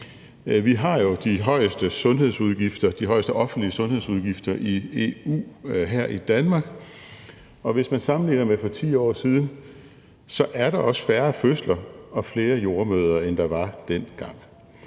Vi har jo de højeste sundhedsudgifter, de højeste offentlige sundhedsudgifter i EU her i Danmark, og hvis man sammenligner med for 10 år siden, er der også færre fødsler og flere jordemødre, end der var dengang.